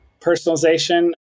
personalization